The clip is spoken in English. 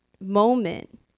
moment